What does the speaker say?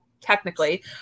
technically